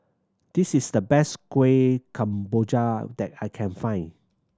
this is the best Kuih Kemboja that I can find